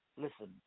Listen